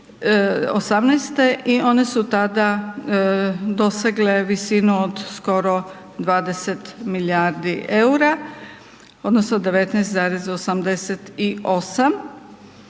2018. i one su tada dosegle visinu od skoro 20 milijardi eura odnosno 19,88